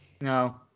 no